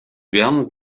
werden